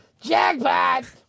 Jackpot